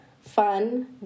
fun